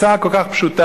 הצעה כל כך פשוטה,